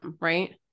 right